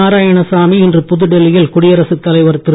நாராயணசாமி இன்று புதுடெல்லியில் குடியரசு தலைவர் திரு